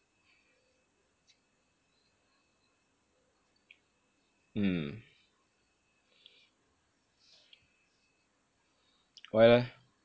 mm why leh